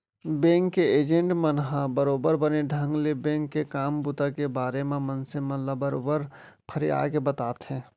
bank के agent मन ह बरोबर बने ढंग ले बेंक के काम बूता के बारे म मनसे मन ल बरोबर फरियाके बताथे